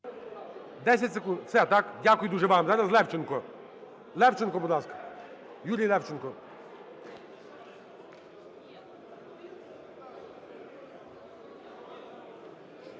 дуже вам. Зараз Левченко. Левченко, будь ласка, Юрій Левченко.